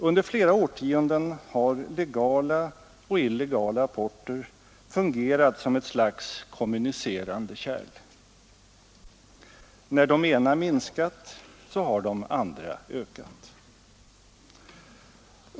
Under flera årtionden har legala och illegala aborter fungerat som ett slags kommunicerande kärl. När det ena minskat i antal så har det andra ökat.